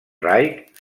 reich